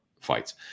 fights